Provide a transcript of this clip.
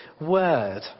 Word